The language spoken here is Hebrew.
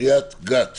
קריית גת